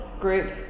group